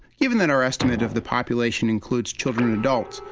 given that our estimate of the population includes children and adults,